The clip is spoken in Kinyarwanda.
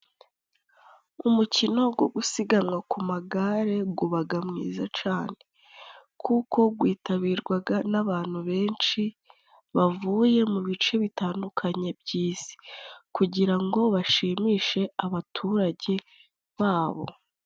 Umukino gwo gusiganwa ku magare gubaga mwiza cane kuko gwitabirwaga n'abantu benshi, bavuye mu bice bitandukanye by'isi kugira ngo bashimishe abaturage babo.